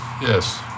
yes